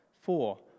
Four